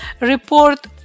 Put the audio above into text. report